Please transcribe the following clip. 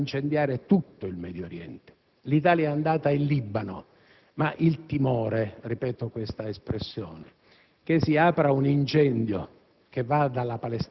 la questione palestinese rischia di far incendiare tutto il Medio Oriente. L'Italia è andata in Libano, ma il timore - ripeto questa espressione